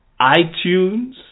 iTunes